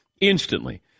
instantly